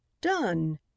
done